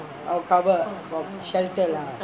oh cover got shelter lah